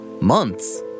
months